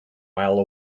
while